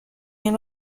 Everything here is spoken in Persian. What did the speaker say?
این